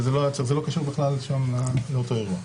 וזה לא קשור בכלל לאותו ערב.